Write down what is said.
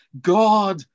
God